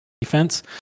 defense